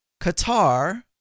Qatar